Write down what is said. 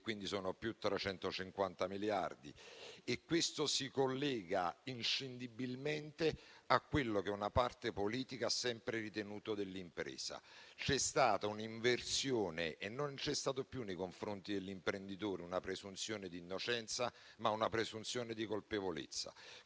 nel 2021 (+350 miliardi). Questo si collega inscindibilmente a quello che una parte politica ha sempre ritenuto dell'impresa: c'è stata un'inversione e non c'è stata più nei confronti dell'imprenditore una presunzione di innocenza, bensì una presunzione di colpevolezza,